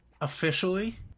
Officially